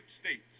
States